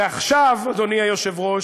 ועכשיו, אדוני היושב-ראש,